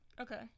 okay